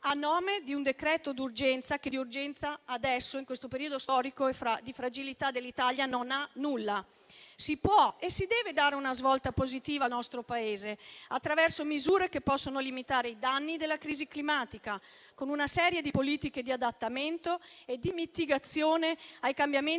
a nome di un decreto urgente che di urgenza adesso, in questo periodo storico di fragilità dell'Italia, non ha nulla. Si può e si deve dare una svolta positiva al nostro Paese, attraverso misure che possono limitare i danni della crisi climatica, con una serie di politiche di adattamento e di mitigazione ai cambiamenti